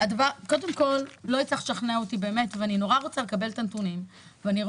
קודם כול לא הצלחת לשכנע אותי ואני מאוד רוצה לקבל את הנתונים ולהבין.